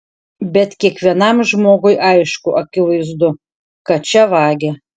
bet kiekvienam žmogui aišku akivaizdu kad čia vagia